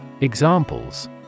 Examples